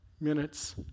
minutes